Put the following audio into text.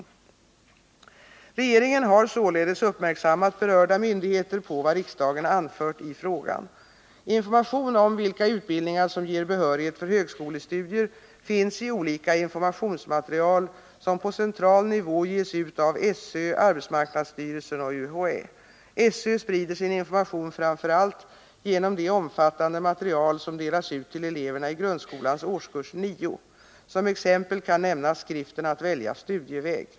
145 Regeringen har således uppmärksammat berörda myndigheter på vad riksdagen anfört i frågan. Information om vilka utbildningar som ger behörighet för högskolestudier finns i olika informationsmaterial som på central nivå ges ut av SÖ, arbetsmarknadsstyrelsen och UHÄ. SÖ sprider sin information framför allt genom det omfattande material som delas ut till eleverna i grundskolans årskurs 9. Som exempel kan nämnas skriften Att välja studieväg.